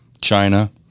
China